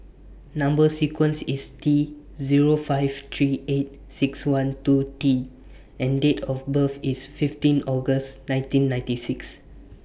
Number sequence IS T Zero five three eight six one two T and Date of birth IS fifteen August nineteen ninety six